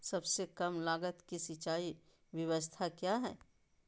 सबसे कम लगत की सिंचाई ब्यास्ता क्या है?